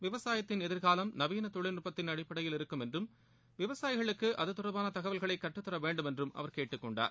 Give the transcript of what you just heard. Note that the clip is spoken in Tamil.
விவசாயத்தின் எதிர்காலம் நவீன தொழில்நுட்பத்தின் அடிப்படையில் இருக்கும் என்றும் விவசாயிகளுக்கு அதுதொடர்பான தகவல்களை கற்றத்தர வேண்டும் என்றும் அவர் கேட்டுக் கொண்டார்